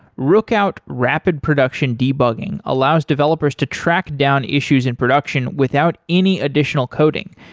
rookout rapid production debugging allows developers to track down issues in production without any additional coding.